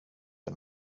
den